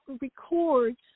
records